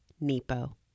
Nepo